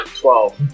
Twelve